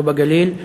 לא בגליל,